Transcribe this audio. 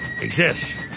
exist